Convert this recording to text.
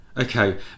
Okay